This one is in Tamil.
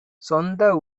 சொந்த